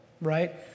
right